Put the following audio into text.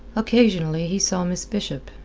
occasionally he saw miss bishop,